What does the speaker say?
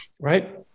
right